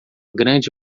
grande